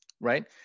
right